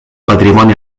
patrimoni